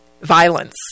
violence